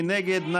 מי נגד?